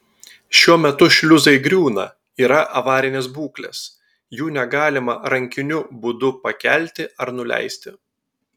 šiuo metu šliuzai griūna yra avarinės būklės jų negalima rankiniu būdu pakelti ar nuleisti